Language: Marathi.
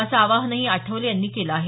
असं आवाहनही आठवले यांनी केलं आहे